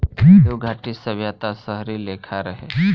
सिन्धु घाटी सभ्यता शहरी लेखा रहे